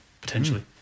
potentially